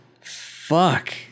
fuck